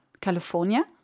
California